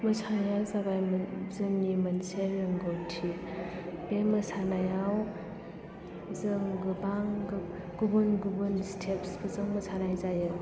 मोसानाया जाबाय जोंनि मोनसे रोंगौथि बे मोसानायाव जों गोबां गुबुन गुबुन स्टेप्स फोरजों मोसानाय जायो